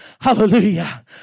Hallelujah